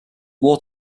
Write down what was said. water